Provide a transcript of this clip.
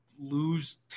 lose